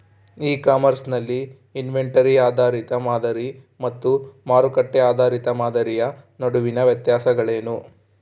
E commerce ನಲ್ಲಿ inventory ಆಧಾರಿತ ಮಾದರಿ ಮತ್ತು ಮಾರುಕಟ್ಟೆ ಆಧಾರಿತ ಮಾದರಿಯ ನಡುವಿನ ವ್ಯತ್ಯಾಸಗಳೇನು?